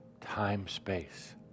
time-space